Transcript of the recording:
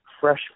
fresh